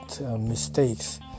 mistakes